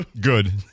Good